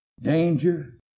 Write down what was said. danger